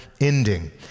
ending